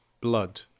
Blood